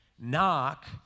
Knock